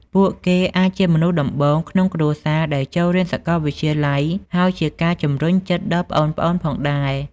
ពួកគេអាចជាមនុស្សដំបូងក្នុងគ្រួសារដែលចូលរៀនសាកលវិទ្យាល័យ ហើយជាការជំរុញចិត្តដល់ប្អូនៗផងដែរ។